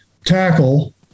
tackle